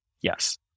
yes